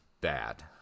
bad